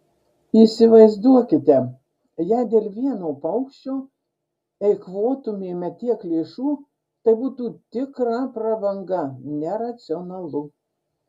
įsivaizduokite jei dėl vieno paukščio eikvotumėme tiek lėšų tai būtų tikra prabanga neracionalu